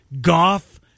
Goff